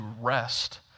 rest